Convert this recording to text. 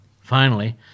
Finally